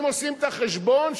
אם עושים את החשבון,